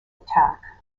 attack